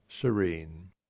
serene